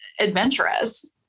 Adventurous